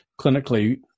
clinically